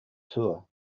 tour